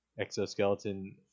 exoskeleton